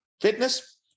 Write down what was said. fitness